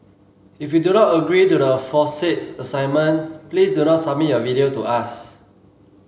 if you do not agree to the aforesaid assignment please do not submit your video to us